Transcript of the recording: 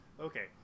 Okay